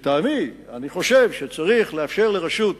לטעמי, אני חושב שצריך לאפשר לרשות